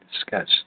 sketch